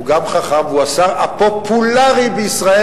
הוא גם חכם והוא השר הפופולרי בישראל,